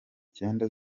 cyenda